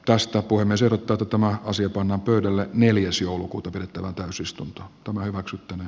tästä voi myös erottaa tämä asia pannaan pöydälle neljäs joulukuuta pidettävään täysistunto hyväksytyn